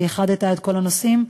שאיחדת את כל הנושאים.